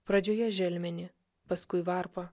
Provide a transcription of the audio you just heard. pradžioje želmenį paskui varpą